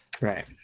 Right